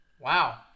Wow